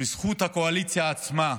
בזכות הקואליציה עצמה,